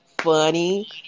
funny